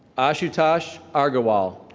ashutosh agarwal.